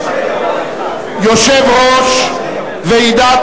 יושב-ראש ועידת